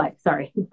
Sorry